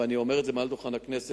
ואני אומר את זה מעל דוכן הכנסת,